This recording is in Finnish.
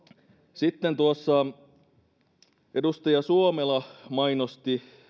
sitten edustaja suomela mainosti